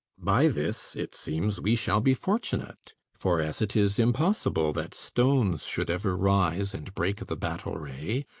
by this it seems we shall be fortunate for as it is impossible that stones should ever rise and break the battle ray,